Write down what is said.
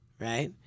right